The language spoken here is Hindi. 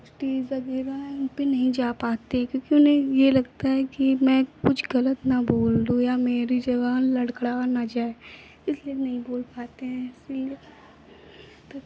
स्टेज़ वगैरह इन पर नहीं जा पाते क्योंकि उन्हें यह लगता है कि मैं कुछ गलत न बोल दूँ या मेरी ज़बान लड़खड़ा न जाए इसलिए नहीं बोल पाते हैं इसीलिए तब